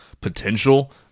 potential